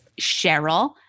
Cheryl